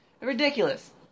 Ridiculous